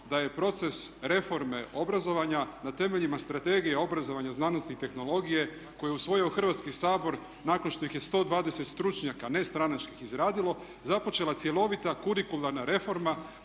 da je proces reforme obrazovanja na temeljima Strategije obrazovanja, znanosti i tehnologije koju je usvojio Hrvatski sabor nakon što ih je 120 stručnjaka nestranačkih izradilo započela cjelovita kurikularna reforma